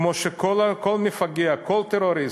כמו שכל מפגע, כל טרוריסט,